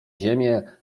ziemię